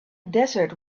desert